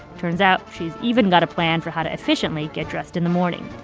turns out, she's even got a plan for how to efficiently get dressed in the morning.